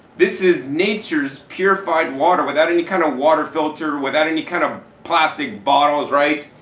this is nature's purified water without any kind of water filter, without any kind of plastic bottles right?